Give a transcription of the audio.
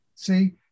See